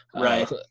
Right